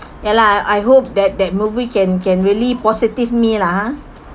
ya lah I hope that that movie can can really positive me lah ha